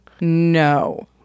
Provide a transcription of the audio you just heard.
No